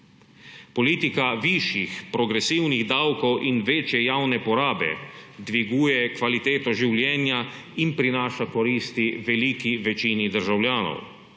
Politika višjih progresivnih davkov in večje javne porabe dviguje kvaliteto življenja in prinaša koristi veliki večini državljanov.